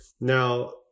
Now